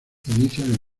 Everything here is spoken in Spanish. inician